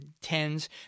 tens